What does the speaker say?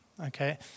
okay